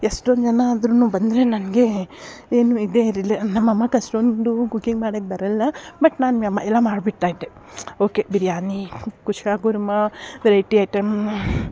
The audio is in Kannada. ಎಷ್ಟೊಂದು ಜನ ಆದ್ರು ಬಂದರೆ ನನಗೆ ಏನು ಇದೇ ಇರಿಲ್ಲ ನಮ್ಮಮ್ಮಕ್ಕಷ್ಟೊಂದು ಕುಕಿಂಗ್ ಮಾಡಕ್ಕೆ ಬರಲ್ಲ ಬಟ್ ನಾನು ಎಲ್ಲ ಮಾಡ್ಬಿಡ್ತಾ ಇದ್ದೆ okay biryani kushka kurma variety item